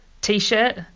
t-shirt